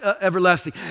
everlasting